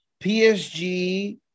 psg